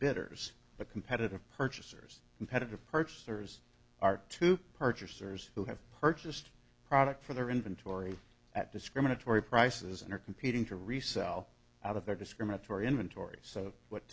bidders but competitive purchasers competitive purchasers are to purchasers who have purchased product for their inventory at discriminatory prices and are competing to resell out of their discriminatory inventory so what